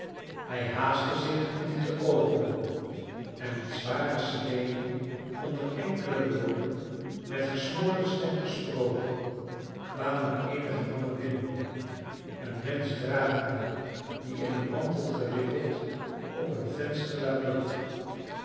hij haastte zich om die te openen en met zware schreden onder enkele woorden met gesmoorde stem gesproken kwamen eenige mannen binnen een mensch dragende die in een mantel gewikkeld op een vensterluik lag